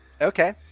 okay